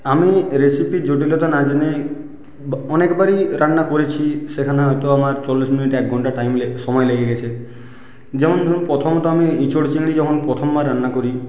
আমি রেসিপি জটিলতা না জেনে অনেকবারই রান্না করেছি সেখানে হয়তো আমার চল্লিশ মিনিট এক ঘন্টা টাইম লেগে সময় লেগে গেছে যেমন ধরুন প্রথমটা আমি ইঁচড় চিংড়ি যখন প্রথমবার রান্না করি